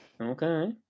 Okay